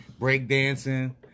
breakdancing